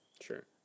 Sure